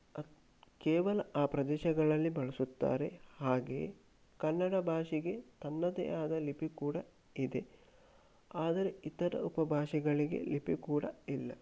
ಅತ್ತ ಕೇವಲ ಆ ಪ್ರದೇಶಗಳಲ್ಲಿ ಬಳಸುತ್ತಾರೆ ಹಾಗೆ ಕನ್ನಡ ಭಾಷೆಗೆ ತನ್ನದೇ ಆದ ಲಿಪಿ ಕೂಡ ಇದೆ ಆದರೆ ಇತರ ಉಪಭಾಷೆಗಳಿಗೆ ಲಿಪಿ ಕೂಡ ಇಲ್ಲ